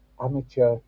amateur